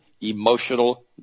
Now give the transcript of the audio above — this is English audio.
emotional